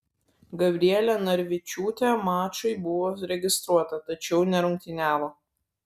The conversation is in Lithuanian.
gabrielė narvičiūtė mačui buvo registruota tačiau nerungtyniavo